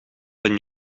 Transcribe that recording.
ben